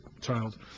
child